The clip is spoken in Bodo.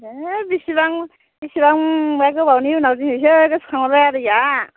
ए बेसेबांबा गोबावनि उनाव दिनैसो गोसोखांहरबाय आदैया